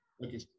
Okay